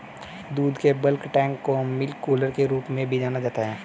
दूध के bulk tank को मिल्क कूलर के रूप में भी जाना जाता है